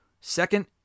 Second